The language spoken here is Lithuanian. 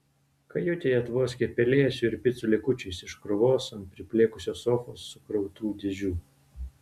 kajutėje tvoskė pelėsiu ir picų likučiais iš krūvos ant priplėkusios sofos sukrautų dėžių